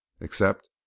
except